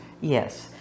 yes